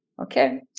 Okay